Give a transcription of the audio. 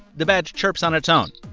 the badge chirps on its own.